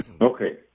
Okay